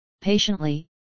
patiently